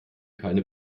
keine